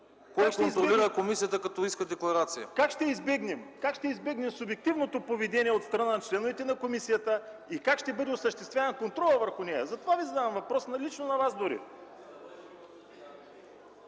Кой контролира комисията като иска декларация? ГЕОРГИ ТЕРЗИЙСКИ: Как ще избегнем субективното поведение от страна на членовете на комисията и как ще бъде осъществяван контролът върху нея? Затова Ви задавам въпроса лично на Вас дори.